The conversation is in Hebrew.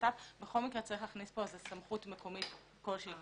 להכניס פה סמכות מקומית כלשהי,